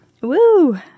Woo